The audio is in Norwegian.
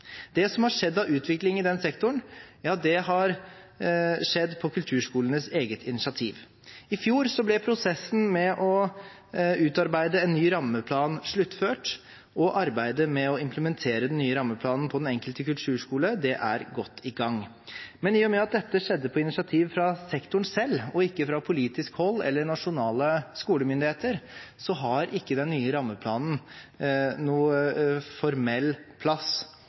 Det som har skjedd av utvikling i den sektoren, har skjedd på kulturskolenes eget initiativ. I fjor ble prosessen med å utarbeide en ny rammeplan sluttført, og arbeidet med å implementere den nye rammeplanen på den enkelte kulturskole er godt i gang. Men i og med at dette skjedde på initiativ fra sektoren selv og ikke fra politisk hold eller nasjonale skolemyndigheter, har ikke den nye rammeplanen noen formell plass